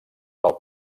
pel